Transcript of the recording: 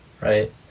right